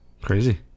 crazy